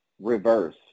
Reverse